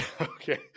Okay